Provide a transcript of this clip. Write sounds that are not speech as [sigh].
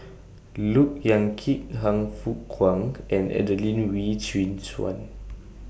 [noise] Look Yan Kit Han Fook Kwang and Adelene Wee Chin Suan